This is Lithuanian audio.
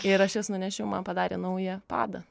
ir aš jas nunešiau man padarė naują padą